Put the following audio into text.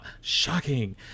Shocking